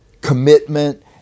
commitment